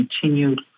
continued